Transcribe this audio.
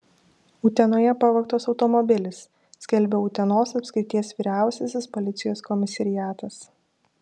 utenoje pavogtas automobilis skelbia utenos apskrities vyriausiasis policijos komisariatas